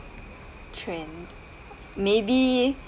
trend maybe